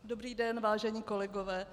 Dobrý den, vážení kolegové.